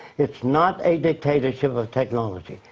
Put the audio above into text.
it's not a dictatorship of technology.